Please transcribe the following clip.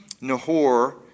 Nahor